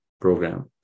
program